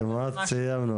כמעט סיימנו.